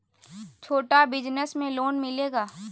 छोटा बिजनस में लोन मिलेगा?